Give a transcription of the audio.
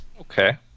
Okay